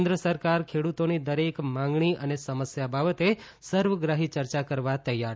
કેન્દ્ર સરકાર ખેડૂતોની દરેક માગણી અને સમસ્યા બાબતે સર્વગ્રાહી ચર્ચા કરવા તૈયાર